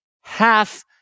half